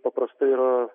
paprastai yra